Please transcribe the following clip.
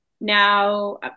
now